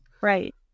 Right